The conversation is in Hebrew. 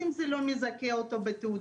אם זה לא מזכה אותו בתעודה,